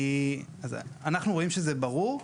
אנחנו חושבים שזה ברור.